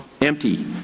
empty